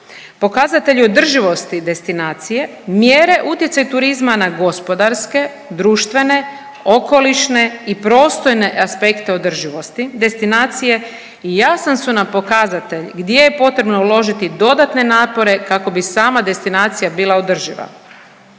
Pokazatelj je održivosti destinacije. Mjere utjecaj turizma na gospodarske, društvene, okolišne i prostorne aspekte održivosti destinacije i jasan su nam pokazatelj gdje je potrebno uložiti dodatne napore kako bi sama destinacija bila održiva.